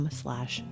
slash